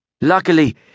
Luckily